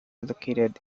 located